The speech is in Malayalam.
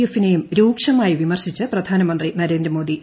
എഫിനെയും രൂക്ഷമായി വിമർശിച്ച് പ്രധാനമന്ത്രി നരേന്ദ്രമോദി